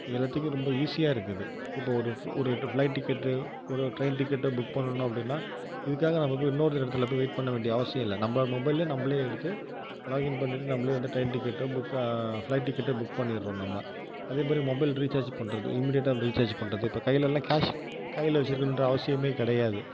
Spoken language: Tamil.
இது எல்லாத்துக்குமே ரொம்ப ஈஸியாக இருக்குது இப்போது ஒரு ஒரு ஃப்ளைட் டிக்கெட்டு ஒரு ட்ரெயின் டிக்கெட்டோ புக் பண்ணணும் அப்படின்னா இதுக்காக நம்ம போய் இன்னோரு இடத்துல போய் வெயிட் பண்ண வேண்டிய அவசியம் இல்லை நம்ம மொபைல்லே நம்மளே எடுத்து லாகின் பண்ணிகிட்டு நம்மளே வந்து ட்ரெயின் டிக்கெட்டோ புக்கை ஃப்ளைட் டிக்கெட்டோ புக் பண்ணிடுறோம் நம்ம அதே மாதிரி மொபைல் ரீசார்ஜ் பண்ணுறது இமீடியட்டா ரீசார்ஜ் பண்ணுறது இப்போ கடையிலெலாம் கேஷ் கையில் வச்சுருக்கணுன்ற அவசியமே கிடையாது